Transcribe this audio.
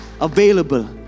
available